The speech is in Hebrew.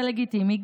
זה לגיטימי,